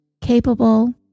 capable